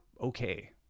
okay